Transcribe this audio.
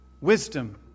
wisdom